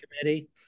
committee